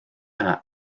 yna